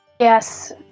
Yes